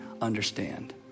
understand